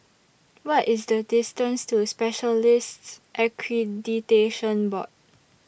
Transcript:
What IS The distance to Specialists Accreditation Board